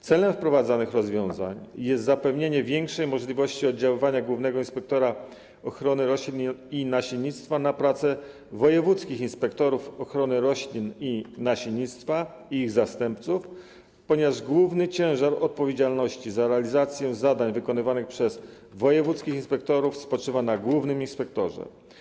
Celem wprowadzanych rozwiązań jest zapewnienie większej możliwości oddziaływania głównego inspektora ochrony roślin i nasiennictwa na pracę wojewódzkich inspektorów ochrony roślin i nasiennictwa i ich zastępców, ponieważ główny ciężar odpowiedzialności za realizację zadań wykonywanych przez wojewódzkich inspektorów spoczywa na głównym inspektorze.